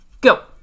go